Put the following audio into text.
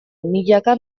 milaka